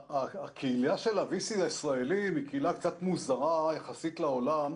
הקהילה ה-VCs הישראלי היא קהילה קצת מוזרה יחסית לעולם.